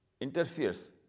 interferes